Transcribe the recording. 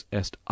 est